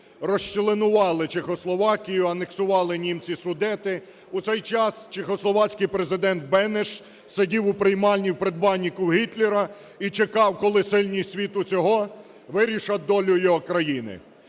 розчленували Чехословакію, анексували німці Судети. У цей час чехословацький президент Бенеш сидів у приймальні, в предбанніку Гітлера і чекав, коли сильні світу сього вирішать долю його країни.